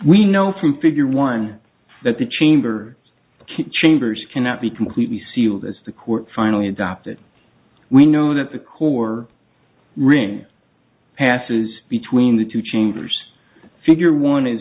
we know from figure one that the chamber chambers cannot be completely sealed as the court finally adopted we know that the core ring passes between the two chambers figure one is